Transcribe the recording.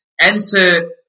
enter